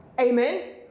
Amen